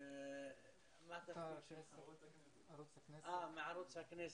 וערוץ הכנסת,